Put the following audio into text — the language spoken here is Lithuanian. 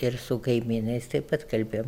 ir su kaimynais taip pat kalbėjom